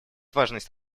важность